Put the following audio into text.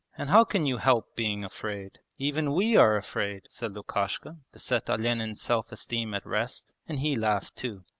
and how can you help being afraid? even we are afraid said lukashka to set olenin's self-esteem at rest, and he laughed too.